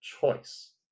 choice